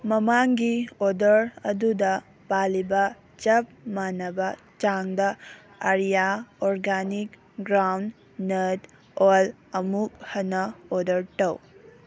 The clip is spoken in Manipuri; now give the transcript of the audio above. ꯃꯃꯥꯡꯒꯤ ꯑꯣꯔꯗꯔ ꯑꯗꯨꯗ ꯄꯜꯂꯤꯕ ꯆꯞ ꯃꯥꯟꯅꯕ ꯆꯥꯡꯗ area organic ground nut oil ꯑꯃꯨꯛ ꯍꯟꯅ ꯑꯣꯔꯗꯔ ꯇꯧ